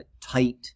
tight